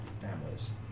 families